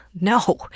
No